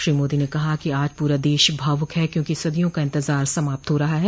श्री मोदी ने कहा कि आज पूरा देश भावुक है क्योंकि सदियों का इंतजार समाप्त हो रहा है